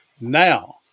now